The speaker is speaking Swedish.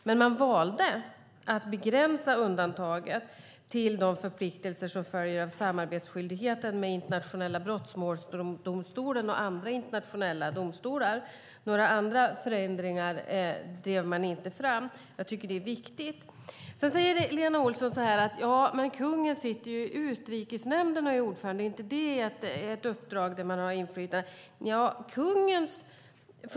Men man valde att begränsa undantaget till de förpliktelser som följer av samarbetsskyldigheten när det gäller Internationella brottmålsdomstolen och andra internationella domstolar. Några andra förändringar drev man inte fram. Jag tycker att det är viktigt. Lena Olsson säger så här: Kungen sitter i Utrikesnämnden och är ordförande. Är inte det ett uppdrag där man har inflytande?